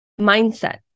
Mindset